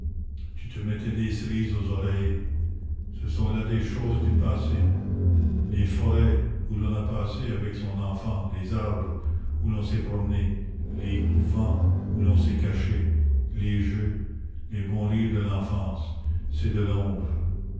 tu te mettais des cerises aux oreilles ce sont là des choses du passé les forêts où l'on a passé avec son enfant les arbres où l'on s'est promené les couvents où l'on s'est caché les jeux les bons rires de l'enfance c'est de l'ombre